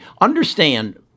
understand